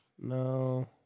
No